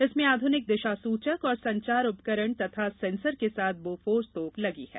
इसमें आध्निक दिशा सूचक और संचार उपकरण तथा सेन्सर के साथ बोफोर्स तोप लगी है